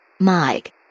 Mike